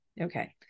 okay